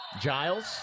Giles